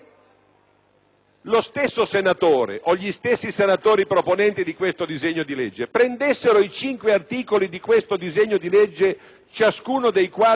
lo stesso senatore o gli stessi senatori proponenti prendessero i cinque articoli di questo disegno di legge, ciascuno dei quali è oneroso,